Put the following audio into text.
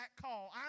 call